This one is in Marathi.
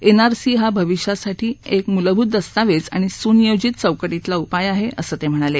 एनआरसी हा भविष्यासाठी एक मूलभूत दस्तावेज आणि सुनियोजित चौकटीतला उपाय आहे असं ते म्हणाले